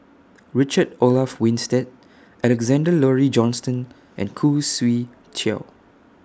Richard Olaf Winstedt Alexander Laurie Johnston and Khoo Swee Chiow